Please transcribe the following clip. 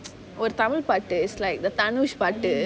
ஒரு:oru tamil பாட்டு:paatu is like the danush பாட்டு:paatu